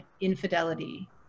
infidelity